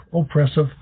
oppressive